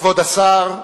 כבוד השר,